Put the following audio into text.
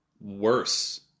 worse